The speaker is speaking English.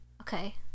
Okay